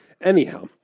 Anyhow